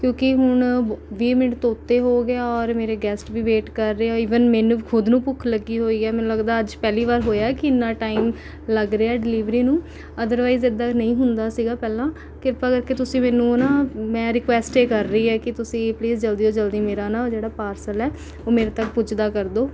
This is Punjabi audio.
ਕਿਉਂਕਿ ਹੁਣ ਵੀਹ ਮਿੰਟ ਤੋਂ ਉੱਤੇ ਹੋ ਗਿਆ ਔਰ ਮੇਰੇ ਗੈਸਟ ਵੀ ਵੇਟ ਕਰ ਰਹੇ ਆ ਈਵਨ ਮੈਨੂੰ ਖੁਦ ਨੂੰ ਭੁੱਖ ਲੱਗੀ ਹੋਈ ਹੈ ਮੈਨੂੰ ਲੱਗਦਾ ਅੱਜ ਪਹਿਲੀ ਵਾਰ ਹੋਇਆ ਹੈ ਕਿ ਇੰਨਾਂ ਟਾਈਮ ਲੱਗ ਰਿਹਾ ਡਿਲਵਰੀ ਨੂੰ ਅਦਰਵਾਈਸ ਇੱਦਾਂ ਨਹੀਂ ਹੁੰਦਾ ਸੀਗਾ ਪਹਿਲਾਂ ਕਿਰਪਾ ਕਰਕੇ ਤੁਸੀਂ ਮੈਨੂੰ ਨਾ ਮੈਂ ਰਿਕੁਏਸਟ ਏ ਕਰ ਰਹੀ ਆ ਕਿ ਤੁਸੀਂ ਪਲੀਸ ਜਲਦੀ ਤੋਂ ਜਲਦੀ ਮੇਰਾ ਨਾ ਜਿਹੜਾ ਪਾਰਸਲ ਹੈ ਉਹ ਮੇਰੇ ਤੱਕ ਪੁੱਜਦਾ ਕਰ ਦਿਉ